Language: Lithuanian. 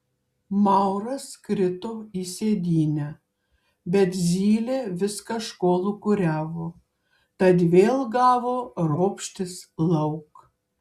mauras krito į sėdynę bet zylė vis kažko lūkuriavo tad vėl gavo ropštis lauk